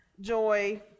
joy